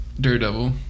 Daredevil